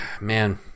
man